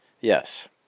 Yes